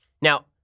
Now